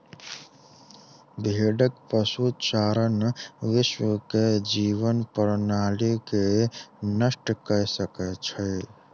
भेड़क पशुचारण विश्व के जीवन प्रणाली के नष्ट कय सकै छै